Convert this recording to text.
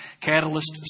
Catalyst